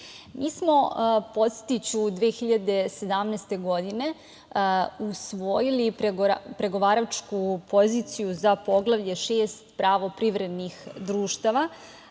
smo, podsetiću, 2017. godine, usvojili pregovaračku poziciju za Poglavlje 6 - Pravo privrednih društava,